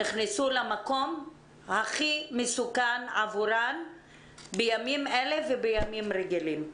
נכנסו למקום הכי מסוכן עבורן בימים אלה ובימים רגילים.